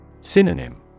Synonym